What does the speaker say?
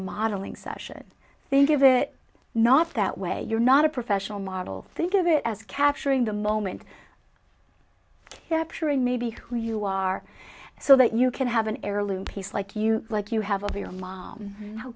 modeling session think of it not that way you're not a professional model think of it as capturing the moment capturing maybe who you are so that you can have an heirloom piece like you like you have of your mom how